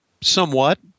Somewhat